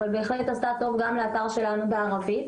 אבל בהחלט עשתה טוב גם לאתר שלנו בערבית.